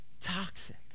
toxic